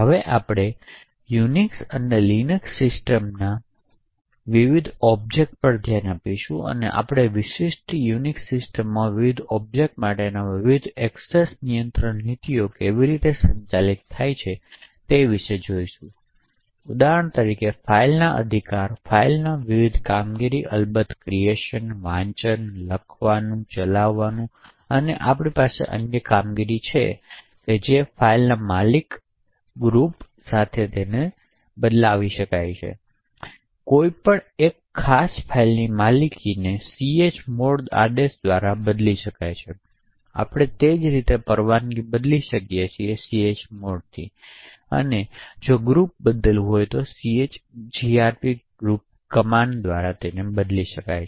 હવે આપણે યુનિક્સ અને લિનક્સ સિસ્ટમના વિવિધ ઑબ્જેક્ટ્સ પર ધ્યાન આપીશું અને આપણે વિશિષ્ટ યુનિક્સ સિસ્ટમમાં વિવિધ ઑબ્જેક્ટ્સ માટેની વિવિધ એક્સેસ નિયંત્રણ નીતિઓ કેવી રીતે સંચાલિત થાય છે તે વિશે જોઈશું ઉદાહરણ તરીકે ફાઇલના અધિકાર ફાઇલ પરના વિવિધ કામગીરી અલબત્ત ક્રિએશન વાંચન લખવા ચલાવવા આપણી પાસે અન્ય કામગીરી પણ છે જે માલિકી પરિવર્તન અને ગ્રુપ બદલાવ સાથે સંબંધિત છે તેથી કોઈ પણ એક ખાસ ફાઇલની માલિકીને chmod આદેશ દ્વારા બદલી શકે છે આપણે તે જ રીતે પરવાનગી બદલી શકીએ chmod સાથે ફાઇલ અને chgrp સાથે ગ્રુપ બદલી શકાય છે